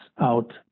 out